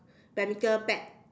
badminton bat